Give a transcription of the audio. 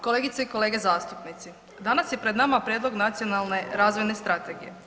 Kolegice i kolege zastupnici, danas je pred nama Prijedlog nacionalne razvojne strategije.